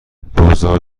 بگذار